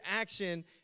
action